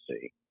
see